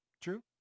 true